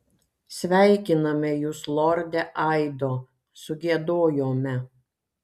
sveikiname jus lorde aido sugiedojome